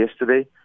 yesterday